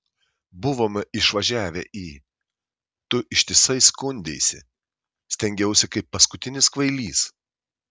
buvome išvažiavę į tu ištisai skundeisi stengiausi kaip paskutinis kvailys